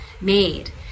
made